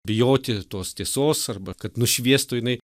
bijoti tos tiesos arba kad nušviestų jinai